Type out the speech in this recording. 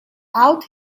out